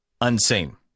unseen